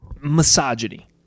misogyny